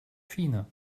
fine